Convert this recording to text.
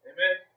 Amen